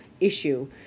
issue